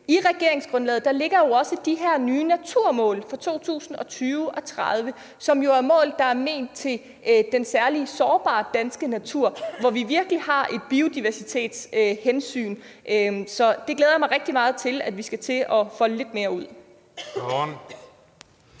I regeringsgrundlaget ligger der jo også de her nye naturmål for 2020 og 2030, og det er mål, der er ment til den særlig sårbare danske natur, hvor vi virkelig har et biodiversitetshensyn at tage. Så det glæder jeg mig rigtig meget til at vi skal til at folde lidt mere ud. Kl.